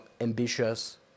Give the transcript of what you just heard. ambitious